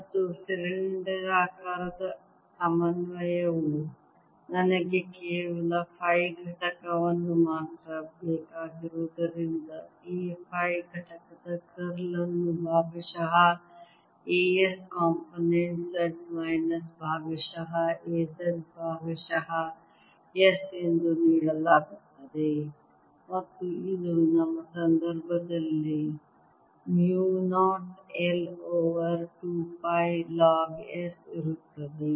ಮತ್ತು ಸಿಲಿಂಡರಾಕಾರದ ಸಮನ್ವಯವು ನನಗೆ ಕೇವಲ ಫೈ ಘಟಕವನ್ನು ಮಾತ್ರ ಬೇಕಾಗಿರುವುದರಿಂದ A ಫೈ ಘಟಕದ ಕರ್ಲ್ ಅನ್ನು ಭಾಗಶಃ A s component z minus ಭಾಗಶಃ A z ಭಾಗಶಃ s ಎಂದು ನೀಡಲಾಗುತ್ತದೆ ಮತ್ತು ಇದು ನಮ್ಮ ಸಂದರ್ಭದಲ್ಲಿ mu 0 I over 2 pi log s ಇರುತ್ತದೆ